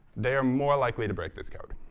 they are more likely to break this code.